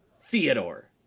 Theodore